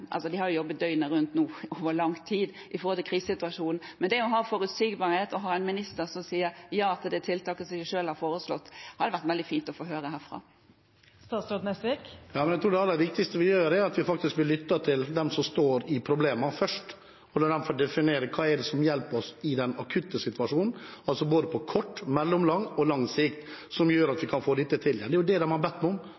De har jobbet døgnet rundt over lang tid med krisesituasjonen, men det å ha forutsigbarhet og å ha en minister som sier ja til de tiltakene de selv har foreslått, hadde vært veldig fint å få høre herfra. Ja – men jeg tror det aller viktigste vi gjør, er at vi først lytter til dem som står i problemene og lar dem få definere hva som kan hjelpe dem i den akutte situasjonen, altså både på kort, mellomlang og lang sikt – hva som gjør at